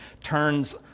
turns